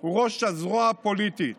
הוא ראש הזרוע הפוליטית